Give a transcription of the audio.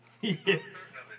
Yes